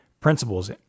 principles